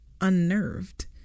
unnerved